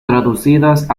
traducidas